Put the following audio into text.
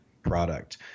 Product